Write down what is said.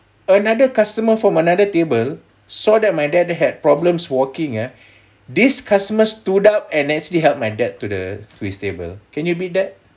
another customer from another table saw that my dad had problems walking ah this customer stood up and actually help my dad to the to his table can you beat that